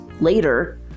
later